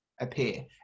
appear